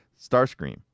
Starscream